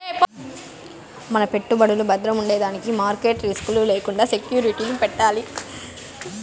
మన పెట్టుబడులు బద్రముండేదానికి మార్కెట్ రిస్క్ లు లేకండా సెక్యూరిటీలు పెట్టాలి